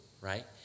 right